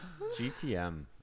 GTM